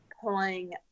pulling